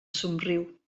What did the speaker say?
somriu